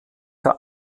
der